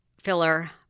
filler